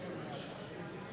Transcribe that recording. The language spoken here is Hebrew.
לא בבני-אדם.